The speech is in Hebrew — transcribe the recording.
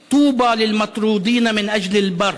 תרגומם: ואצטט מהברית החדשה מהבשורה על-פי מתי מה"תטוויבאת":